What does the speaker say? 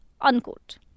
unquote